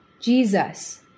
Jesus